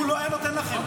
הוא לא היה נותן לכם.